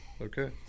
Okay